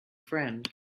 friend